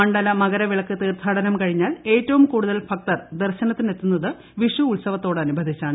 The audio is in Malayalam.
മണ്ഡല മകരവിളക്ക് തീർഥാടനം കഴിഞ്ഞാൽ ഏറ്റവും കൂടുതൽ ഭക്തർ ദർശനത്തിന് എത്തുന്നത് വിഷു ഉത്സവത്തോടനുബന്ധിച്ചാണ്